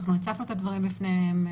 הצפנו את הדברים בפניהם,